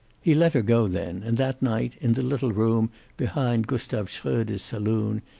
he let her go then, and that night, in the little room behind gustav shroeder's saloon,